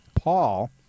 Paul